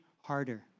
harder